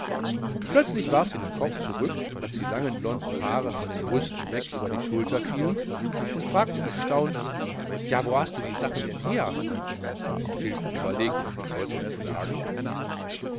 plötzlich warf sie den kopf zurück daß die langen blonden haare von den brüsten weg über die schultern fielen und fragte erstaunt ja wo hast du denn die sachen her stilpe überlegte sollte ers sagen